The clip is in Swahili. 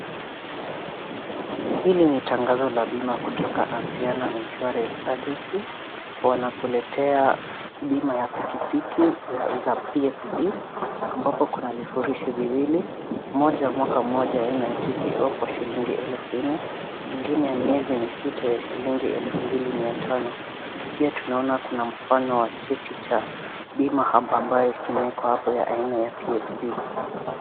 Hili ni tangazo la bima kutoka Anziana Insurance Agency. Wanakuletea bima ya pikipiki, gari ya PSV ambapo kuna vifurushi viwili, moja wa mwaka moja aina ya TPO kwa shilingi elfu nne, ingine miezi misita ya shilingi elfu mbili mia tano. Pia tunaona kuna mfano wa cheti cha bima ambayo kimewekwa hapo aina ya PSV.